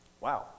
Wow